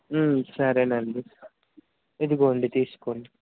సరేనండి ఇదిగోండి తీసుకోండి